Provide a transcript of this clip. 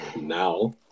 now